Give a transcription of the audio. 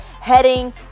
heading